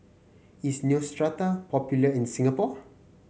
is Neostrata popular in Singapore